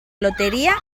lotería